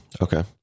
Okay